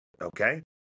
okay